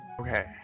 Okay